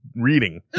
reading